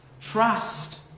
Trust